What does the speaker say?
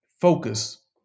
focus